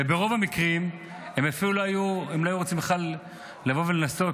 וברוב המקרים הם לא היו רוצים בכלל לבוא ולנסות